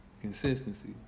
consistency